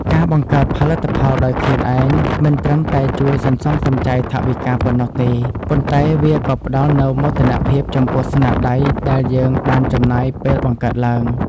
ការបង្កើតផលិតផលដោយខ្លួនឯងមិនត្រឹមតែជួយសន្សំសំចៃថវិកាប៉ុណ្ណោះទេ ប៉ុន្តែ វាក៏ផ្ដល់នូវមោទនភាពចំពោះស្នាដៃដែលយើងបានចំណាយពេលបង្កើតឡើង។